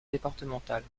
départementale